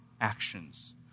Actions